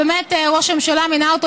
באמת ראש הממשלה מינה אותו,